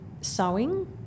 sewing